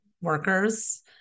workers